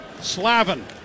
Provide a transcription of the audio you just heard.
Slavin